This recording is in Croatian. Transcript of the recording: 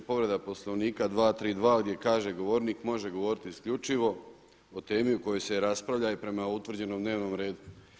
Povreda Poslovnika 232. gdje kaže govornik može govoriti isključivo o temi o kojoj se raspravlja i prema utvrđenom dnevnom redu.